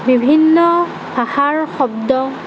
বিভিন্ন ভাষাৰ শব্দ